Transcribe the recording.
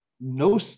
no